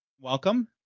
Welcome